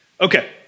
Okay